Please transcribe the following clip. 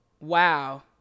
Wow